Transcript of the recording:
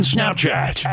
Snapchat